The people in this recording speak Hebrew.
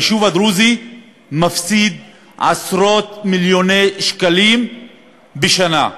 היישוב הדרוזי מפסיד עשרות-מיליוני שקלים בשנה.